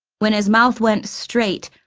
when his mouth went straight,